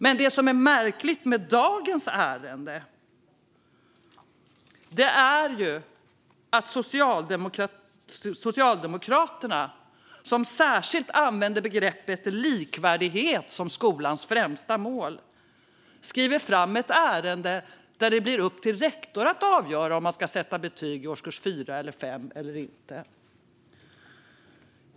Men det som är märkligt med dagens ärende är att Socialdemokraterna, som särskilt anger likvärdighet som skolans främsta mål, skriver fram ett ärende som innebär att det blir upp till rektor att avgöra om man ska sätta betyg i årskurs 4 eller 5 eller inte.